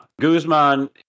Guzman